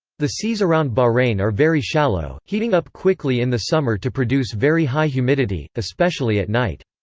the seas around bahrain are very shallow, heating up quickly in the summer to produce very high humidity, especially at night.